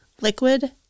Liquid